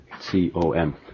C-O-M